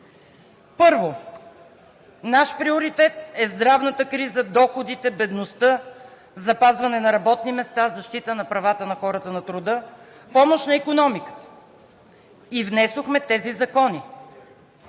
Първо, наш приоритет е здравната криза, доходите, бедността, запазване на работните места, защита на правата на хората на труда, помощ за икономиката и внесохме тези закони